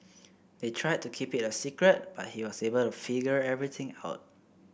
they tried to keep it a secret but he was able to figure everything out